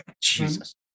Jesus